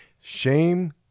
Shame